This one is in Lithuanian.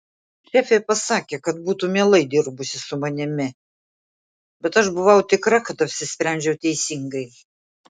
šefė pasakė kad būtų mielai dirbusi su manimi bet aš buvau tikra kad apsisprendžiau teisingai